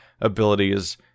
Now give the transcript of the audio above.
abilities